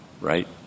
right